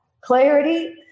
Clarity